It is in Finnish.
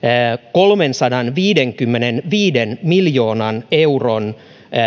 kolmensadanviidenkymmenenviiden miljoonan euron